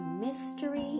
mystery